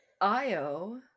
Io